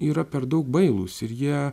yra per daug bailūs ir jie